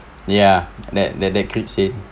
ya that that that creeps in